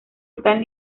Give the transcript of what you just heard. están